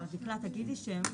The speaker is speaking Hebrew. דקלה, תגידי שם.